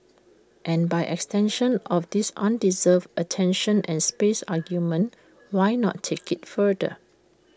and by extension of this undeserved attention and space argument why not take IT further